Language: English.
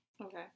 okay